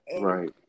right